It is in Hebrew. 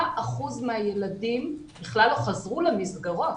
אחוזים מהילדים בכלל לא חזרו למסגרות.